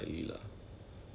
maybe 有加 furnishing ah